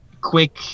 quick